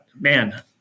Man